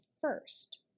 first